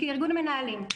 כארגון מנהלים.